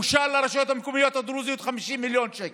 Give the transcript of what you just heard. אושרו לרשויות המקומיות הדרוזיות 50 מיליון שקל.